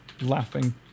laughing